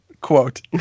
quote